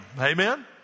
amen